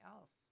else